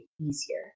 easier